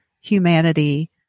humanity